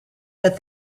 but